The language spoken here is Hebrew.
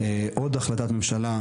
עוד החלטת ממשלה,